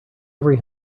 every